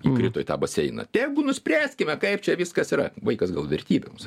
įkrito į tą baseiną tegu nuspręskime kaip čia viskas yra vaikas gal vertybė mums